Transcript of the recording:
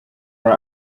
are